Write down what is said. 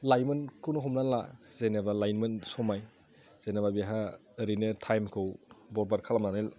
लाइमोनखौनो हमना ला जेनेबा लाइमोन समाय जेनेबा बेहा ओरैनो टाइमखौ बरबाद खालामनानै